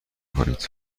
کنید